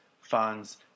funds